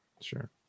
Sure